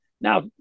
Now